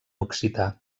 occità